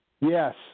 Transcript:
Yes